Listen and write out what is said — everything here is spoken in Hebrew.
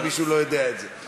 אם מישהו לא יודע את זה.